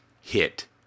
hit